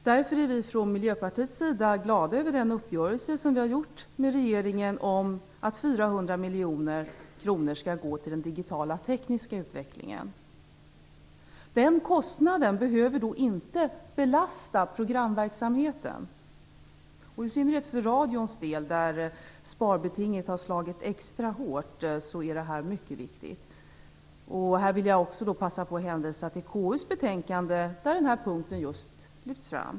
Därför är vi från Miljöpartiets sida glada över den uppgörelse som vi har träffat med regeringen om att 400 miljoner kronor skall gå till den digitala tekniska utvecklingen. Den kostnaden behöver inte belasta programverksamheten. I synnerhet för radions del där sparbetinget har slagit extra hårt är det mycket viktigt. Här vill jag också hänvisa till KU:s betänkande, där den här punkten lyfts fram.